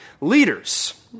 leaders